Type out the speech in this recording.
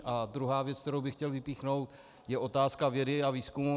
A druhá věc, kterou bych chtěl vypíchnout, je otázka vědy a výzkumu.